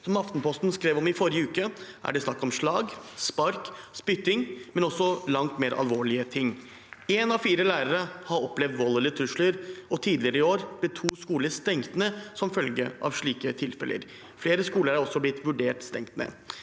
Som Aftenposten skrev om i forrige uke, er det snakk om slag, spark og spytting, men også langt mer alvorlige ting. Én av fire lærere har opplevd vold eller trusler, og tidligere i år ble to skoler stengt ned som følge av slike tilfeller. Flere skoler er også blitt vurdert stengt ned.